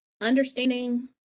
understanding